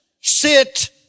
sit